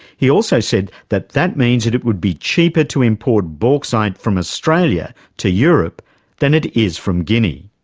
he also said that that means that it would be cheaper to import bauxite from australia to europe than it is from guinea.